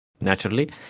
naturally